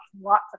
lots